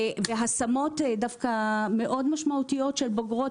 והשמות מאוד משמעותיות של בוגרות,